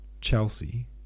Chelsea